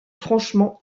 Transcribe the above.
franchement